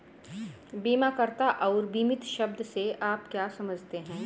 बीमाकर्ता और बीमित शब्द से आप क्या समझते हैं?